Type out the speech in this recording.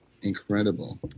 incredible